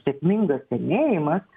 sėkmingas senėjimas